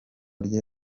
rye